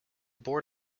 board